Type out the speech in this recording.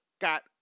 got